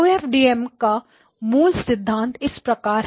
OFDM का मूल सिद्धांत इस प्रकार है